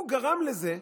הוא גרם לזה.